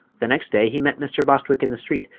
the next day he met mr. bostwick in the street,